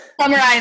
Summarize